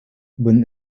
when